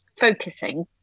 focusing